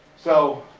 so,